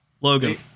Logan